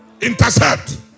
intercept